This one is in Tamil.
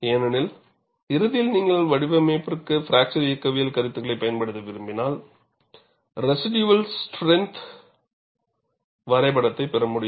ஏனெனில் இறுதியில் நீங்கள் வடிவமைப்பிற்கு பிராக்சர் இயக்கவியல் கருத்துகளைப் பயன்படுத்த விரும்பினால் ரெஷிடுயல் ஸ்ட்ரென்த்வரைபடத்தைப் பெற வேண்டும்